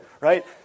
right